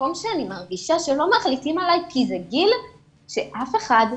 מקום שאני מרגישה שלא מחליטים עליי כי זה גיל שאף אחד,